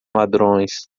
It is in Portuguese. ladrões